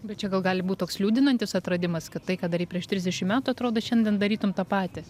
bet čia gal gali būt toks liūdinantis atradimas kad tai ką darei prieš trisdešim metų atrodo šiandien darytum tą patį